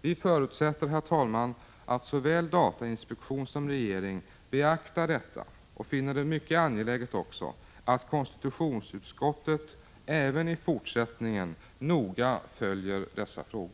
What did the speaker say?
Vi förutsätter, herr talman, att såväl datainspektion som regering beaktar detta. Vi finner det också mycket angeläget att konstitutionsutskottet även i fortsättningen noga följer dessa frågor.